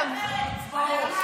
ראינו אתכם.